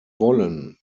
wollen